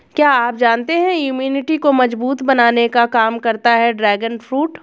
क्या आप जानते है इम्यूनिटी को मजबूत बनाने का काम करता है ड्रैगन फ्रूट?